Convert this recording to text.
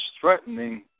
threatening